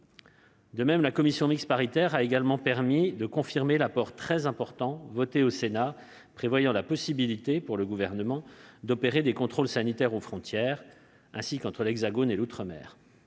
De même, la commission mixte paritaire a également permis de confirmer l'apport très important, voté au Sénat, permettant au Gouvernement d'opérer des contrôles sanitaires aux frontières, ainsi qu'entre l'Hexagone et l'outre-mer.